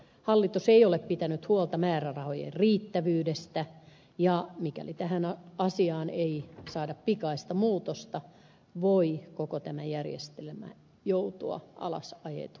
hallitus ei ole pitänyt huolta määrärahojen riittävyydestä ja mikäli tähän asiaan ei saada pikaista muutosta voi koko tämä järjestelmä joutua alasajetuksi